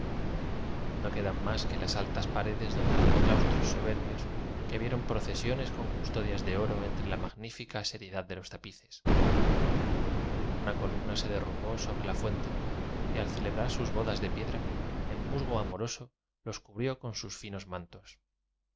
no quedan más que las altas paredes donde hubo claustros soberbios que vieron procesiones con custodias de oro entre la magnífica seriedad de los tapices una columna se derrumbó sobre la fuen te y al celebrar sus bodas de piedra el mus go amoroso los cubrió con sus finos man